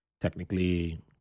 technically